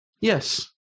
Yes